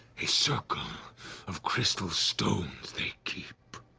a circle of crystal stones they keep.